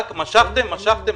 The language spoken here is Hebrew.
רק משכתם ומשכתם,